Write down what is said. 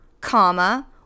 comma